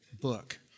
book